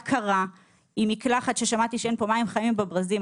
קרה עם מקלחת ששמעתי שאין מים חמים בברזים,